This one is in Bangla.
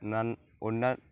নান ওনা